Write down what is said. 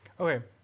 Okay